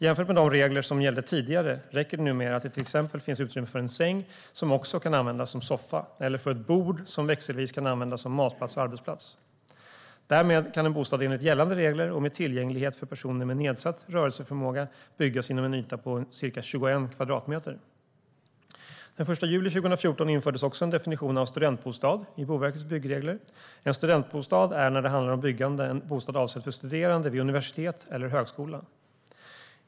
Jämfört med de regler som gällde tidigare räcker det numera att det till exempel finns utrymme för en säng som också kan användas som soffa eller för ett bord som växelvis kan användas som matplats och arbetsplats. Därmed kan en bostad enligt gällande regler och med tillgänglighet för personer med nedsatt rörelseförmåga byggas inom en yta på ca 21 kvadratmeter. Den 1 juli 2014 infördes också en definition av studentbostad i Boverkets byggregler. En studentbostad är, när det handlar om byggande, en bostad avsedd för studerande vid universitet eller högskola.